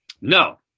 No